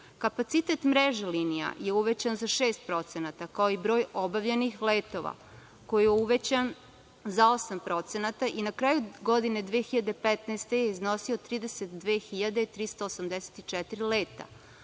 Kapacitet mreže linija je uvećan za 6% kao i broj obavljenih letova koji je uvećan za osam procenata i na kraju godine 2015. godine je iznosio 32.384 leta. Tako